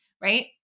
right